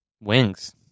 Wings